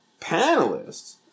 panelists